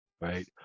right